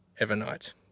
Evernight